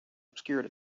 obscured